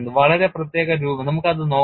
വളരെ പ്രത്യേക രൂപം നമുക്ക് അത് നോക്കാം